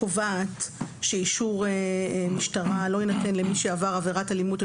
קובעת שאישור משטרה לא יינתן למי שעבר עבירת אלימות או